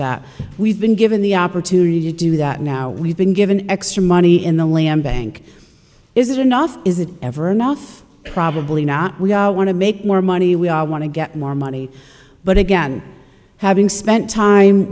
that we've been given the opportunity to do that now we've been given extra money in the land bank is it enough is it ever enough probably not we want to make more money we all want to get more money but again having spent time